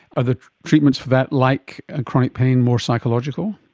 are the treatments for that like chronic pain, more psychological?